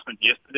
yesterday